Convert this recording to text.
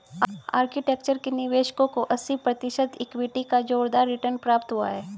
architecture के निवेशकों को अस्सी प्रतिशत इक्विटी का जोरदार रिटर्न प्राप्त हुआ है